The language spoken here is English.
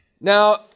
Now